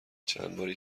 چندباری